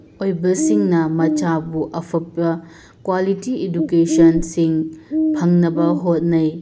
ꯑꯣꯏꯕꯁꯤꯡꯅ ꯃꯆꯥꯕꯨ ꯑꯐꯕ ꯀ꯭ꯋꯥꯂꯤꯇꯤ ꯏꯗꯨꯀꯦꯁꯟꯁꯤꯡ ꯐꯪꯅꯕ ꯍꯣꯠꯅꯩ